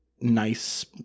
nice